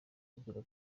igira